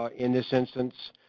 ah in this instance,